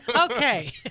Okay